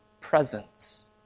presence